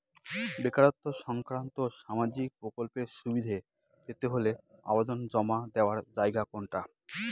বেকারত্ব সংক্রান্ত সামাজিক প্রকল্পের সুবিধে পেতে হলে আবেদন জমা দেওয়ার জায়গা কোনটা?